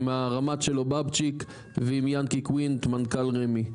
עם הרמ"ט שלו בבצ'יק ועם ינקי קוינט מנכ"ל רמ"י,